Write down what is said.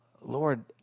Lord